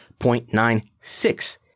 0.96